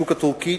השוק הטורקי,